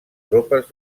tropes